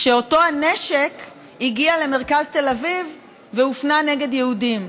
כשאותו הנשק הגיע למרכז תל אביב והופנה נגד יהודים.